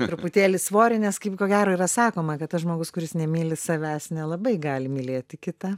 truputėlį svorį nes kaip ko gero yra sakoma kad tas žmogus kuris nemyli savęs nelabai gali mylėti kitą